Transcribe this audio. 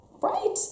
right